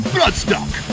Bloodstock